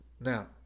Now